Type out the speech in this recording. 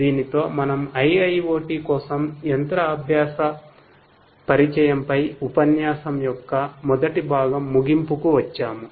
దీనితో మనము IIoT కోసం యంత్ర అభ్యాస పరిచయంపై ఉపన్యాసం యొక్క మొదటి భాగం ముగింపుకు వచ్చాము